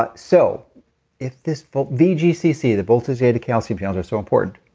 ah so if this vgcc, the voltage gated calcium channels are so important,